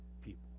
people